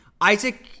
Isaac